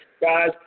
Guys